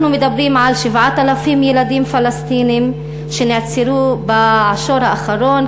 אנחנו מדברים על 7,000 ילדים פלסטינים שנעצרו בעשור האחרון.